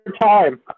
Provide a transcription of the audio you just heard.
time